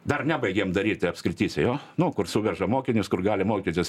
dar nebaigėm daryti apskrityse jo nuo kur suveža mokinius kur gali mokytis